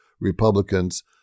Republicans